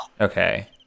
Okay